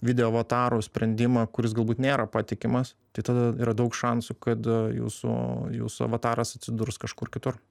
video avatarų sprendimą kuris galbūt nėra patikimas tai tada yra daug šansų kad jūsų jūsų avataras atsidurs kažkur kitur